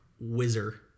Wizard